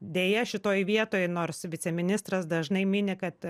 deja šitoj vietoj nors viceministras dažnai mini kad